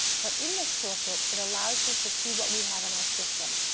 but in this toolkit it allows you to see what we have in our system,